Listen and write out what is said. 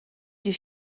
des